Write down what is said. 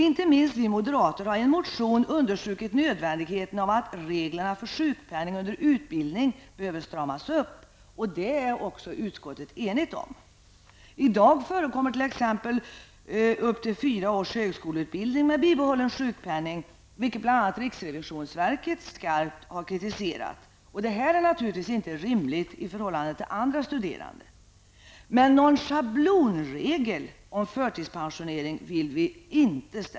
Inte minst vi moderater har i en motion understrukit nödvändigheten av reglerna för sjukpenning under utbildning behöver stramas upp, och detta är utskottet också enigt om. I dag förekommer t.ex. att människor genomgår upp till fyra års högskoleutbildning med bibehållen sjukpenning, något som bl.a. riksrevisionsverket skarpt har kritiserat. Detta är naturligtvis inte rimligt i förhållande till villkoren för andra studerande. Vi vill inte ställa oss bakom någon schablonregel om förtidspensionering.